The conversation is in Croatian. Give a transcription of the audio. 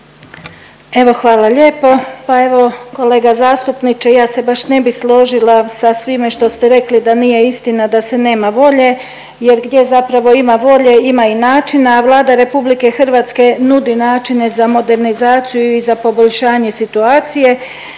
Evo hvala lijepo. Pa evo kolega zastupniče ja se baš ne bi složila sa svime što ste rekli da nije istina da se nema volje jer gdje zapravo ima volje ima i načina, a Vlada RH nudi načine za modernizaciju i za poboljšanje situacije.